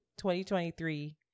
2023